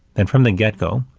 and from the get go,